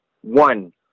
One